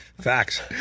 Facts